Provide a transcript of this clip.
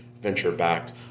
venture-backed